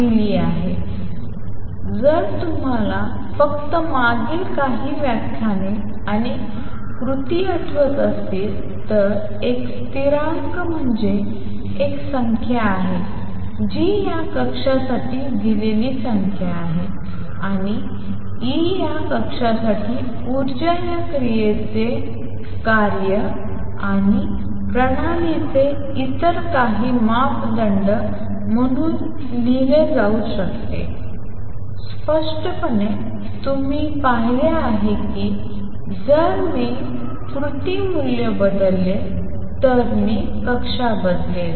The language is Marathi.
दिली आहे जर तुम्हाला फक्त मागील काही व्याख्याने आणि कृती आठवत असतील तर एक स्थिरांक म्हणजे एक संख्या आहे जी या कक्षासाठी दिलेली संख्या आहे आणि E या कक्षासाठी ऊर्जा या क्रियेचे कार्य आणि प्रणालीचे इतर काही मापदंड म्हणून लिहिले जाऊ शकते स्पष्टपणे तुम्ही पाहिले की जर मी कृती मूल्य बदलले तर मी कक्षा बदलेन